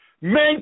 Men